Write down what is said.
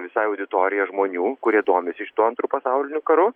visa auditorija žmonių kurie domisi šituo antru pasauliniu karu